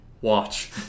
watch